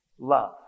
Love